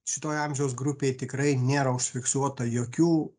šitoj amžiaus grupėj tikrai nėra užfiksuota jokių